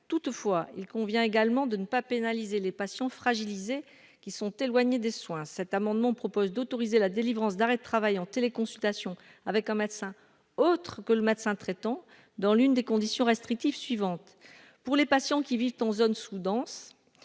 toutefois, il convient également de ne pas pénaliser les patients fragilisés qui sont éloignés des soins cet amendement propose d'autoriser la délivrance d'arrêt de travail en téléconsultation avec un médecin, autre que le médecin traitant dans l'une des conditions restrictives suivantes pour les patients qui vivent en zone sous-dense